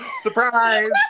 surprise